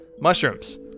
mushrooms